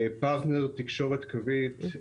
פרטנר תקשורת קווית,